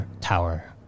tower